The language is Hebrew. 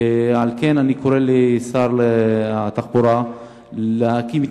ועל כן אני קורא לשר התחבורה להקים את